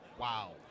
Wow